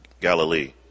Galilee